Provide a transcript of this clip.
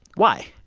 why?